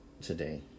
today